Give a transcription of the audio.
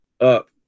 up